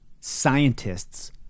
scientists